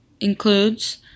includes